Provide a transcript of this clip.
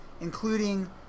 including